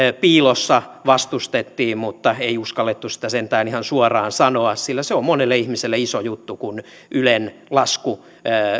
piilossa vastustettiin mutta ei uskallettu sitä sentään ihan suoraan sanoa sillä se on monelle ihmiselle iso juttu kun ylen lasku